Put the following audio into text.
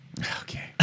Okay